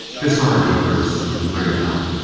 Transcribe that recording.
disarm him, prince, and bring him out.